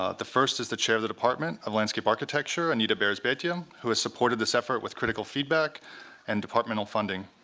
ah the first is the chair of the department of landscape architecture, anita berrizbeitia, um who has supported this effort with critical feedback and departmental funding.